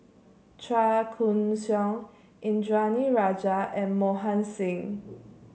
Chua Koon Siong Indranee Rajah and Mohan Singh